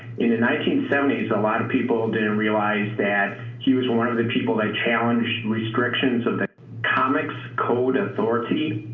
in the nineteen seventy s a lot of people didn't realize that he was one one of the people that challenged restrictions of the comics code authority.